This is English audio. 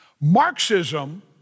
Marxism